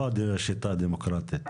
לא רק השיטה הדמוקרטית.